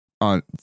on